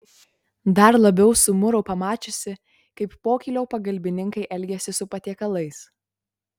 dar labiau sumuro pamačiusi kaip pokylio pagalbininkai elgiasi su patiekalais